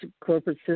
corporate